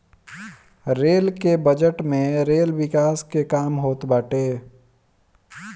rail के budget में rail विकास के काम होत बाटे